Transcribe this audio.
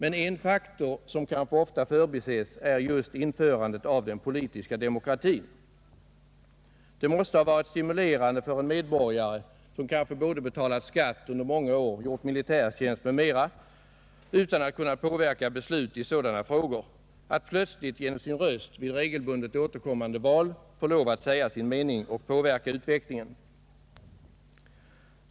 En faktor som kanske ofta förbises är just införandet av den politiska demokratin. Det måste ha varit stimulerande för en medborgare, som kanske betalat skatt under många år och gjort militärtjänst m.m. men inte kunnat påverka beslut i sådana frågor, att plötsligt genom sin röst vid regelbundet återkommande val få säga sin mening och påverka utvecklingen.